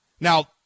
Now